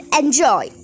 enjoy